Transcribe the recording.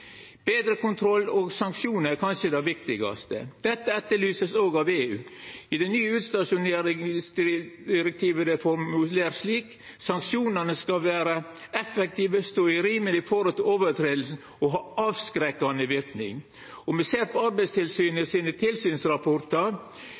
Betre kontroll og sanksjonar er kanskje det viktigaste. Dette vert òg etterlyst av EU. I det nye utstasjoneringsdirektivet er det formulert at sanksjonene skal vera effektive, stå i rimeleg forhold til brotet og ha avskrekkande verknad. Om me ser på